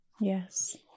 yes